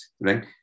right